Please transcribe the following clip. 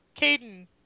Caden